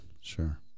sure